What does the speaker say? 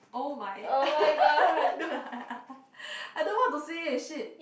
oh my no lah I don't know what to say shit